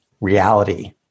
reality